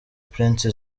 prince